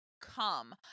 come